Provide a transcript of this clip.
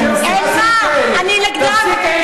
אתה תומך ברוצחים.